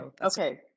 Okay